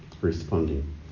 responding